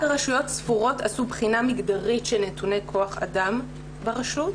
רק רשויות ספורות עשו בחינה מגדרית של נתוני כוח אדם ברשות,